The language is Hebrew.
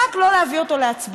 רק לא להביא אותו להצבעה.